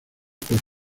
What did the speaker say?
por